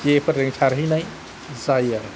जेफोरजों सारहैनाय जायो आरो